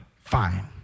Fine